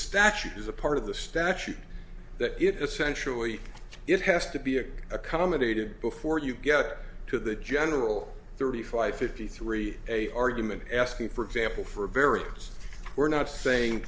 statute as a part of the statute that it essentially it has to be accommodated before you get to the general thirty five fifty three a argument asking for example for various we're not saying